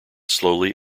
slowly